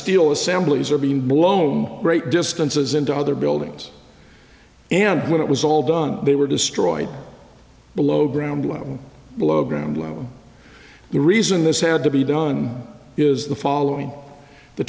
steel assemblies are being blown great distances into other buildings and when it was all done they were destroyed below ground level below ground level the reason this had to be done is the following the